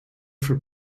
for